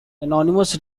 anonymous